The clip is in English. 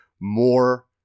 more